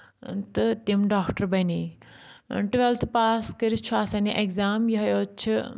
تہٕ تِم ڈاکٹر بَنے ٹُویٚلتھٕ پاس کٔرِتھ چھُ آسان یہِ ایٚگزام یِہوے حظ چھِ